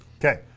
Okay